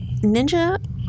ninja